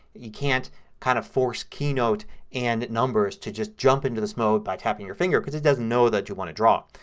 you can't kind of force keynote and numbers to just jump into this mode by tapping with your finger because it doesn't know that you want to draw.